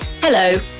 Hello